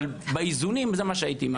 אבל באיזונים זה מה שהייתי מעדיף.